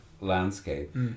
landscape